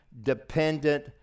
dependent